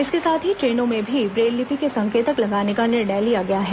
इसके साथ ही ट्रेनों में भी ब्रेललिपि के संकेतक लगाने का निर्णय लिया गया है